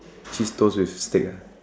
cheese toast with steak ah